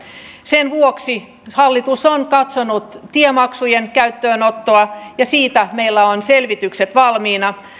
sen vuoksi hallitus on katsonut tiemaksujen käyttöönottoa ja siitä meillä on selvitykset valmiina